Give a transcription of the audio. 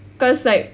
cause like